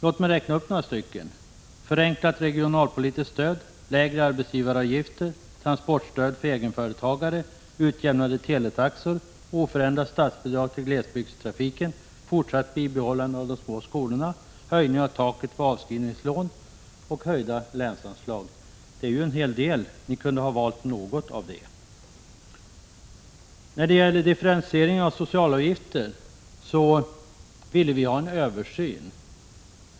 Låt mig räkna upp några stycken: förenklat regionalpolitiskt stöd, lägre arbetsgivaravgifter, transportstöd för egenföretagare, utjämnade teletaxor, oförändrat statsbidrag till glesbygdstrafiken, fortsatt bibehållande av de små skolorna, höjning av taket för avskrivningslån och höjda länsanslag. Det är ju en hel del. Ni kunde väl ha valt något av detta. Vi ville ha en översyn av de differentierade socialavgifterna.